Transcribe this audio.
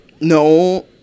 No